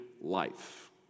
life